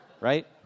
right